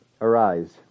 arise